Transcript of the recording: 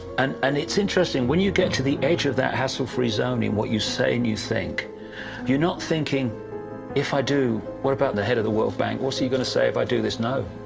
and and it's interesting when you get to the edge of that hassle-free zone in what you say and you think. you're not thinking if i do, what about the head of the world bank? what's he going to say if i do this? no,